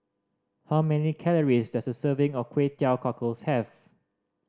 how many calories does a serving of Kway Teow Cockles have